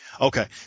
Okay